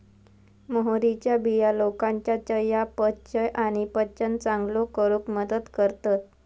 मोहरीच्या बिया लोकांच्या चयापचय आणि पचन चांगलो करूक मदत करतत